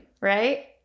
right